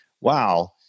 wow